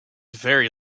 very